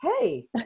hey